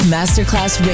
Masterclass